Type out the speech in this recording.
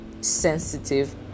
sensitive